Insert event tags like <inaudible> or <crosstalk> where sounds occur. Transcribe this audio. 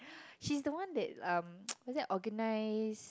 she is the one that um <noise> what's that organised